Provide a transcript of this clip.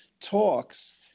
talks